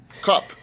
cup